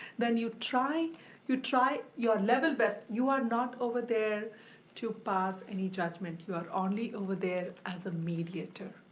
then you try you try your level best. you are not over there to pass any judgment, you are only over there as a mediator.